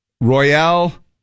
Royale